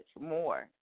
more